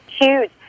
Huge